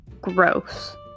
gross